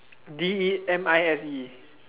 D E M I S E